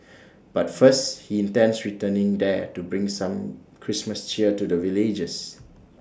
but first he intends returning there to bring some Christmas cheer to the villagers